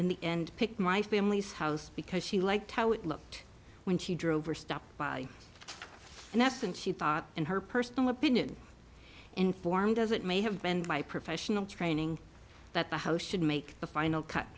in the end picked my family's house because she liked how it looked when she drove or stopped by and that's when she thought and her personal opinion informed as it may have been my professional training that the house should make the final cut